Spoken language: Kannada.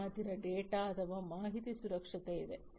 ನಮ್ಮ ಹತ್ತಿರ ಡೇಟಾ ಅಥವಾ ಮಾಹಿತಿ ಸುರಕ್ಷತೆ ಇದೆ